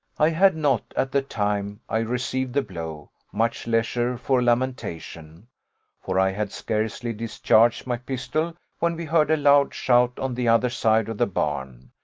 i had not, at the time i received the blow, much leisure for lamentation for i had scarcely discharged my pistol when we heard a loud shout on the other side of the barn,